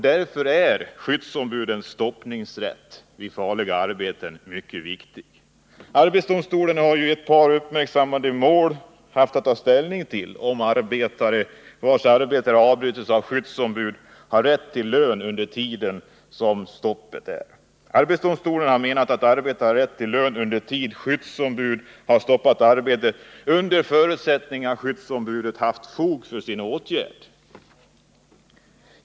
Därför är skyddsombudens rätt att stoppa farliga arbeten mycket viktig. Arbetsdomstolen har i ett par uppmärksammade mål haft att ta ställning till om arbetare, vilkas arbeten har avbrutits av skyddsombud, har rätt till lön under tiden som arbetet är stoppat. Arbetsdomstolen har menat att arbetare har rätt till lön under tid då skyddsombud har stoppat arbetet, under förutsättning att skyddsombudet haft fog för sin åtgärd.